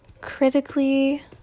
Critically